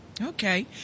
Okay